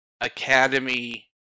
Academy